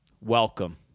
welcome